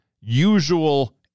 usual